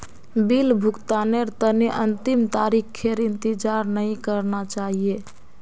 bill भुगतानेर तने अंतिम तारीखेर इंतजार नइ करना चाहिए